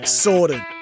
sorted